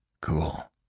Cool